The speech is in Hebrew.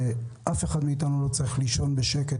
אף אחד מאיתנו לא צריך לישון בשקט,